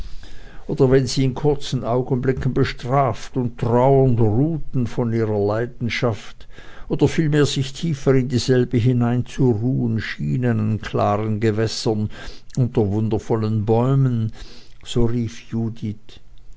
oder wenn sie in kurzen augenblicken bestraft und trauernd ruheten von ihrer leidenschaft oder vielmehr sich tiefer in dieselbe hineinzuruhen schienen an klaren gewässern unter wundervollen bäumen so rief judith